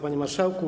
Panie Marszałku!